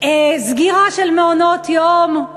סגירה של מעונות-יום.